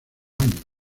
año